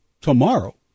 tomorrow